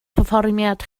perfformiad